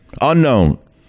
unknown